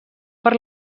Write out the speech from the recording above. per